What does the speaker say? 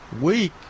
week